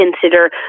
consider